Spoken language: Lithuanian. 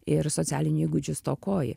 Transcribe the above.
ir socialinių įgūdžių stokoj